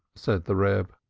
said the reb.